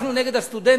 שהלכנו נגד הסטודנטים,